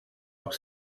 auch